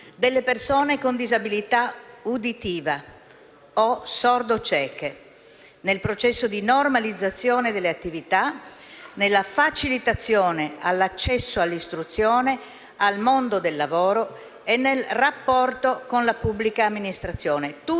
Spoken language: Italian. delle persone con disabilità uditiva o sordo-cieche nel processo di normalizzazione delle attività, nella facilitazione all'accesso all'istruzione, al mondo del lavoro e nel rapporto con la pubblica amministrazione.